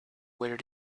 where